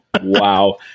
Wow